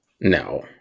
No